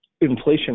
inflation